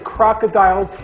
Crocodile